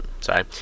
Sorry